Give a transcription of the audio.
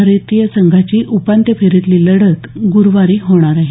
भारतीय संघाची उपांत्य फेरीतील लढत येत्या गुरुवारी होणार आहे